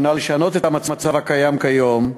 היא לשנות את המצב הקיים כיום,